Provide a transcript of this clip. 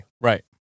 Right